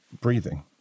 breathing